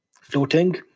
floating